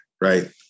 right